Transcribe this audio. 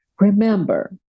remember